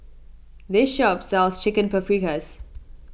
this shop sells Chicken Paprikas